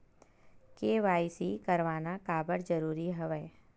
KYC करवाना काबर जरूरी हवय?